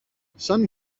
σαν